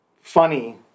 funny